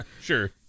Sure